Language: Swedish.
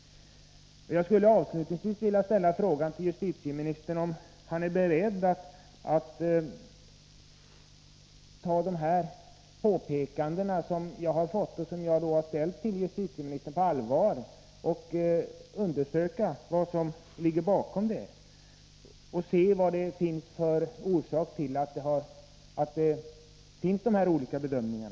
Jag skulle avslutningsvis vilja fråga justitieministern om han är beredd att ta dessa påpekanden på allvar och undersöka vad som ligger bakom och vilken orsaken kan vara till att man gör olika bedömningar.